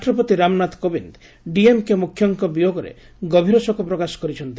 ରାଷ୍ଟ୍ରପତି ରାମନାଥ କୋବିନ୍ଦ୍ ଡିଏମ୍କେ ମୁଖ୍ୟଙ୍କ ବିୟୋଗରେ ଗଭୀର ଶୋକ ପ୍ରକାଶ କରିଛନ୍ତି